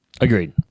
Agreed